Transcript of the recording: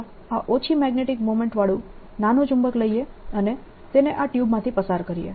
ચાલો આ ઓછી મેગ્નેટીક મોમેન્ટ વાળું નાનું ચુંબક લઈએ અને તેને આ ટ્યુબમાંથી પસાર કરીએ